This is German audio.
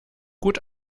gut